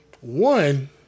One